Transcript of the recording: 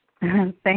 Thank